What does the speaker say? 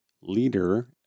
leader